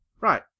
Right